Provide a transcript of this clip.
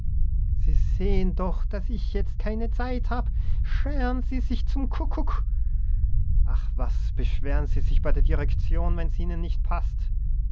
sie sehen doch daß ich jetzt keine zeit hab scheren sie sich zum kuckuck ach was beschweren sie sich bei der direktion wenn's ihnen nicht paßt